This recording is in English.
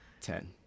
Ten